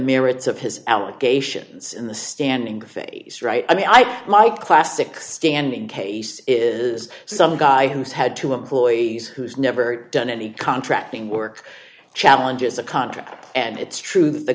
merits of his allegations in the standing phase right i mean i think my classic standing case is some guy who's had two employees who's never done any contracting work challenges a contract and it's true that the